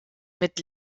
mit